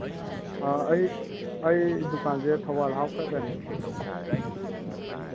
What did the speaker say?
ꯑꯥ ꯑꯩ ꯑꯩ ꯗꯨꯀꯥꯟꯁꯦ ꯊꯧꯕꯥꯜ ꯍꯥꯎꯈꯥꯗꯅꯤ